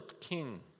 king